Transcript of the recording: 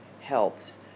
helps